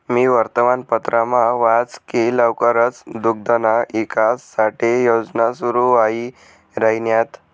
मी वर्तमानपत्रमा वाच की लवकरच दुग्धना ईकास साठे योजना सुरू व्हाई राहिन्यात